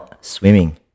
Swimming